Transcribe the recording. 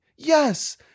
yes